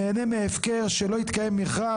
נהנה מהפקר שלא התקיים מכרז,